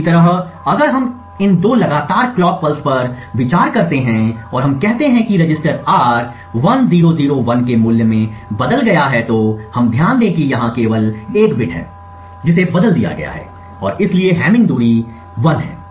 इसी तरह अगर हम इन दो लगातार क्लॉक पल्स पर विचार करते हैं और हम कहते हैं कि रजिस्टर R 1001 के मूल्य में बदल गया है तो हम ध्यान दें कि यहां केवल एक बिट है जिसे बदल दिया गया है और इसलिए हैमिंग दूरी 1 है